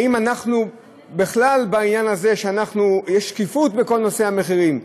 האם אנחנו בכלל בעניין הזה שיש שקיפות בכל נושא המחירים?